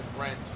rent